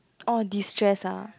orh distress ah